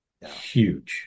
huge